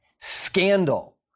scandal